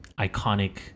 iconic